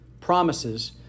promises